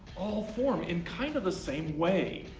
all form in kind of the same way.